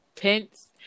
pence